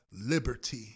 liberty